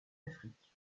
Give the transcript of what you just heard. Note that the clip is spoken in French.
afrique